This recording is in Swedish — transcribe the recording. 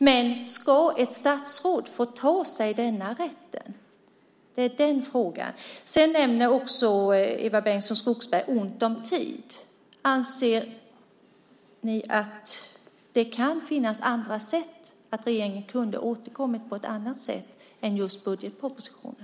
Men ska ett statsråd få ta sig denna rätt? Det är den frågan det gäller. Eva Bengtson Skogsberg nämner också tidsbristen. Anser ni att regeringen kunde ha återkommit på ett annat sätt än genom budgetpropositionen?